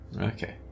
Okay